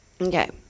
Okay